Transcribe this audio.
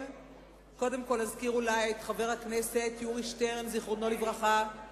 קודם כול אני אזכיר את חבר הכנסת יורי שטרן זיכרונו לברכה,